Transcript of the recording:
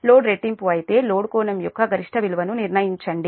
load రెట్టింపు అయితే load కోణం యొక్క గరిష్ట విలువను నిర్ణయించండి